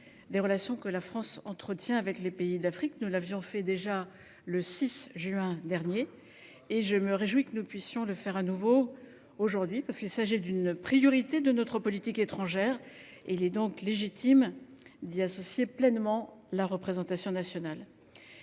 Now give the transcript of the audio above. des relations que la France entretient avec les pays d’Afrique. Nous l’avions déjà fait le 6 juin dernier, et je me réjouis que nous le fassions de nouveau aujourd’hui. Il s’agit en effet d’une priorité de notre politique étrangère, et il est donc légitime d’y associer pleinement la représentation nationale.